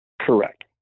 Correct